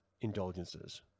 indulgences